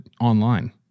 Online